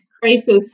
crisis